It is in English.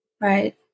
Right